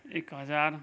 एक हजार